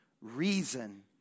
reason